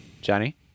Johnny